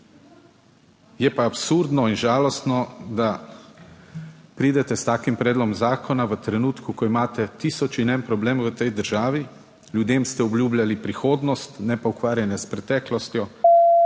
je pa absurdno in žalostno, da pridete s takim predlogom zakona v trenutku, ko imate tisoč in en problem v tej državi. Ljudem ste obljubljali prihodnost, ne pa ukvarjanje s preteklostjo,